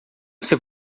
você